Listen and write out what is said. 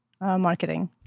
Marketing